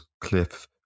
Cliff